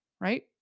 right